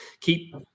keep